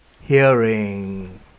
hearing